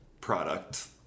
product